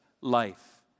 life